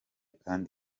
kandi